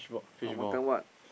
ah makan what